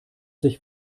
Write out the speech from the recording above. sich